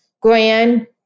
grand